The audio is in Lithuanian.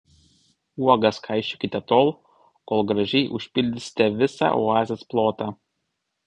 uogas kaišiokite tol kol gražiai užpildysite visą oazės plotą